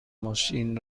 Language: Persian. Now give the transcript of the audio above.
ماشین